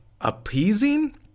appeasing